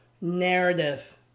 narrative